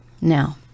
now